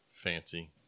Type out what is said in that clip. fancy